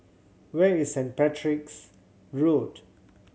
where is Saint Patrick's Road